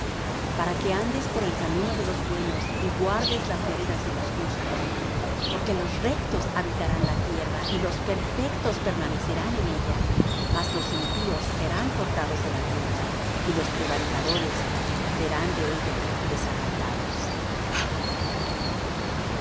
para que andes por el camino de los buenos y guardes las veredas de los justos porque los rectos habitarán la tierra y los perfectos permanecerán en ella mas los impíos serán cortados de la tierra y los prevaricadores serán de ella desarraigados